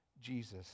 Jesus